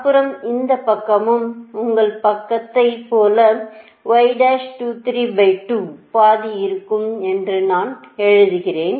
அப்புறம் இந்தப் பக்கமும் உங்கள் பக்கத்தைப் போல பாதி இருக்கும் என்று நான் எழுதுகிறேன்